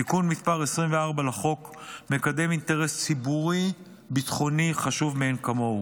תיקון מס' 24 לחוק מקדם אינטרס ציבורי ביטחוני חשוב מאין כמוהו.